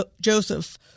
Joseph